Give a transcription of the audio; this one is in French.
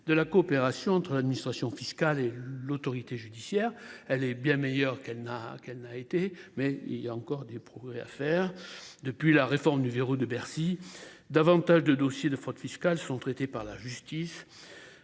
de la coopération entre l'administration fiscale et l'autorité judiciaire, elle est bien meilleure qu'elle n'a qu'elle n'a été mais il y a encore des progrès à faire. Depuis la réforme du verrou de Bercy, davantage de dossiers de fraude fiscale sont traitées par la justice.